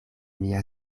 mia